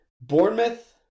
Bournemouth